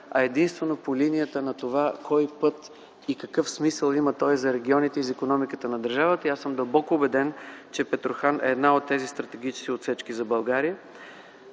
а единствено по линията на това кой път какъв смисъл има за регионите и за икономиката на държавата. Дълбоко съм убеден, че Петрохан е една от тези стратегически отсечки за България.